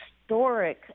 historic